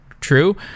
true